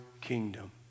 kingdom